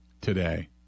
today